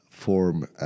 form